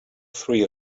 three